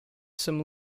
some